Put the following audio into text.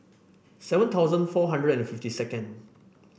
seven thousand four hundred and fifty second